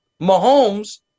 Mahomes